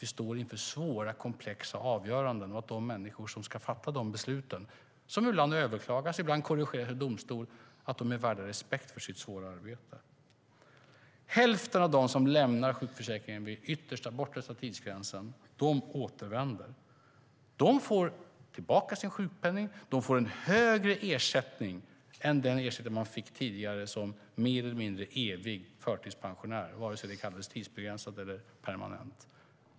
Vi står inför svåra, komplexa avgöranden, och de människor som ska fatta de besluten, som ibland överklagas och ibland korrigeras i domstol, är värda respekt för sitt svåra arbete. Hälften av dem som lämnar sjukförsäkringen vid den bortersta tidsgränsen återvänder. De får tillbaka sin sjukpenning; de får en högre ersättning än den ersättning man tidigare fick som mer eller mindre evig förtidspensionär, vare sig det kallades tidsbegränsat eller permanent.